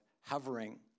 hovering